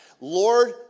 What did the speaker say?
Lord